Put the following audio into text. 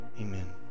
Amen